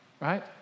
right